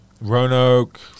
Roanoke –